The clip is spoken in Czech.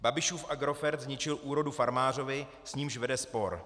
Babišův Agrofert zničil úrodu farmářovi, s nímž vede spor.